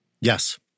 Yes